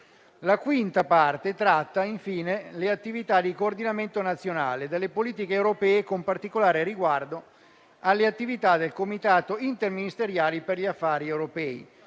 La quinta parte tratta, infine, le attività di coordinamento nazionale delle politiche europee, con particolare riguardo alle attività del Comitato interministeriale per gli affari europei,